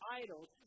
idols